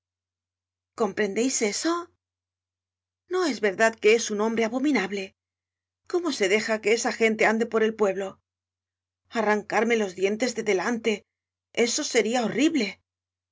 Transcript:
comprendeis eso no es verdad que es un hombre abominable cómo se deja que esa gente ande por el pueblo arrancarme los dos dientes de delante eso seria horrible los